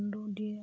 marathon দৌৰ দিয়ে